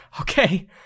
Okay